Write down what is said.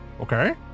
Okay